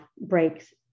breaks